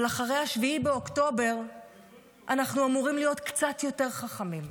אבל אחרי 7 באוקטובר אנחנו אמורים להיות קצת יותר חכמים,